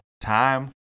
Time